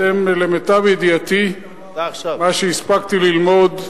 אתם, למיטב ידיעתי, מה שהספקתי ללמוד,